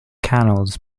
canals